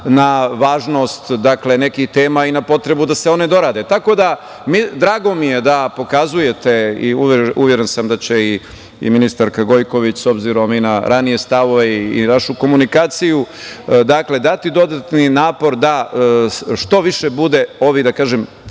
na važnost nekih tema i na potrebu da se one dorade. Tako da, drago mi je da pokazujete i uveren sam da će i ministarka Gojković, s obzirom i na ranije stavove i našu komunikaciju, dati dodatni napor da što više bude ovih dijaloških